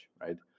right